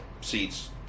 seats